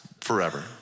forever